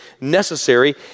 necessary